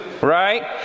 right